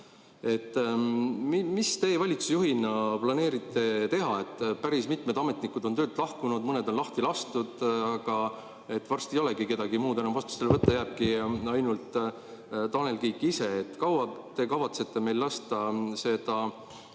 Mis teie valitsusjuhina planeerite teha? Päris mitmed ametnikud on töölt lahkunud, mõned on lahti lastud, varsti ei olegi enam kedagi muud vastutusele võtta, jääbki ainult Tanel Kiik ise. Kui kaua te kavatsete meil lasta seda